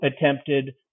attempted